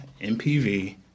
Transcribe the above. MPV